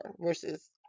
versus